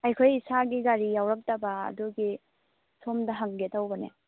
ꯑꯩꯈꯣꯏ ꯏꯁꯥꯒꯤ ꯒꯥꯔꯤ ꯌꯥꯎꯔꯛꯇꯕ ꯑꯗꯨꯒꯤ ꯁꯣꯝꯗ ꯍꯪꯒꯦ ꯇꯧꯕꯅꯦ